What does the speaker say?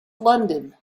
london